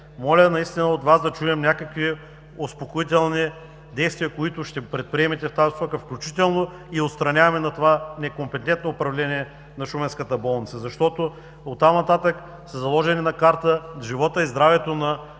Моля от Вас да чуем някакви успокоителни действия, които ще предприемете в тази посока, включително и отстраняване на това некомпетентно управление на шуменската болница. Оттам нататък са заложени на карта животът и здравето на